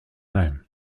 name